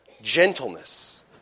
Gentleness